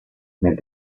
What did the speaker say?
nel